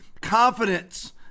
confidence